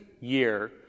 year